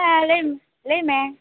ᱦᱮᱸ ᱞᱟ ᱭ ᱢᱮ ᱞᱟ ᱭ ᱢᱮ